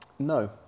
no